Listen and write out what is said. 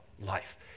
life